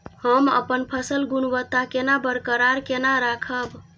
हम अपन फसल गुणवत्ता केना बरकरार केना राखब?